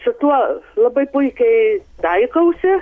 su tuo labai puikiai taikausi